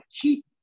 keep